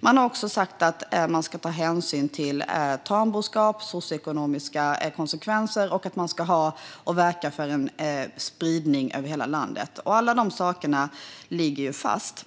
Man har också sagt att man ska ta hänsyn till tamboskap och socioekonomiska konsekvenser och att man ska verka för en spridning över hela landet. Alla de sakerna ligger fast.